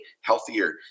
healthier